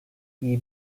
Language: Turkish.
iyi